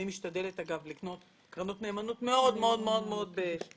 אני משתדלת לקנות קרנות נאמנות מאוד מאוד במידתיות.